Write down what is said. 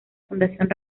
fundación